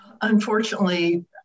Unfortunately